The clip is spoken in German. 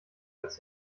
als